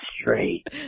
straight